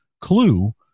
clue